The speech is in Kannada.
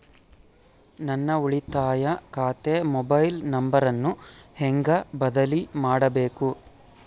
ನನ್ನ ಉಳಿತಾಯ ಖಾತೆ ಮೊಬೈಲ್ ನಂಬರನ್ನು ಹೆಂಗ ಬದಲಿ ಮಾಡಬೇಕು?